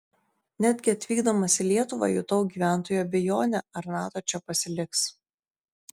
netgi atvykdamas į lietuvą jutau gyventojų abejonę ar nato čia pasiliks